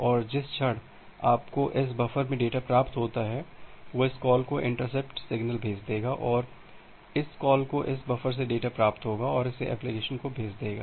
और जिस क्षण आपको इस बफ़र में डेटा प्राप्त होता है वह इस कॉल को इंटरप्ट सिग्नल भेज देगा और इस कॉल को इस बफ़र से डेटा प्राप्त होगा और इसे एप्लिकेशन को भेज देगा